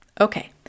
Okay